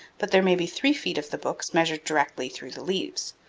but there may be three feet of the books measured directly through the leaves.